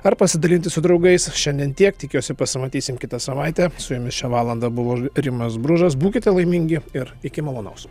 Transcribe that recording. ar pasidalinti su draugais šiandien tiek tikiuosi pasimatysim kitą savaitę su jumis šią valandą buvo rimas bružas būkite laimingi ir iki malonaus